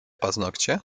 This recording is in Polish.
paznokcie